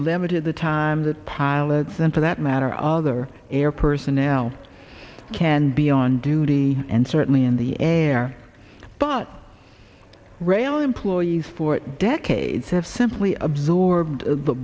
limited the time that pilots and for that matter other air personnel can be on duty and certainly in the air but rail employees for decades have simply absorbed the